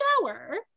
shower